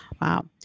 wow